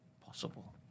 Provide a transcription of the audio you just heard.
Possible